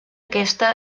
aquesta